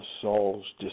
Saul's